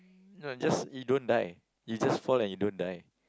you know just you don't die you just fall and you don't die